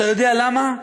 אתה יודע למה?